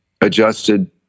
adjusted